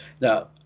Now